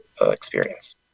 experience